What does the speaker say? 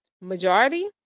Majority